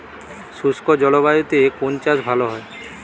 শুষ্ক জলবায়ুতে কোন চাষ ভালো হয়?